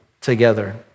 together